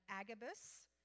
Agabus